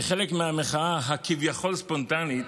כחלק מהמחאה הכביכול-ספונטנית,